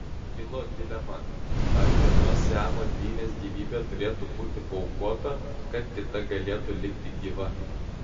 kilo dilema ar vienos siamo dvynės gyvybė turėtų būti paaukota kad kita galėtų likti gyva